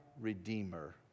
redeemer